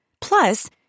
Plus